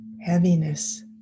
heaviness